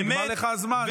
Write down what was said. נגמר לך הזמן,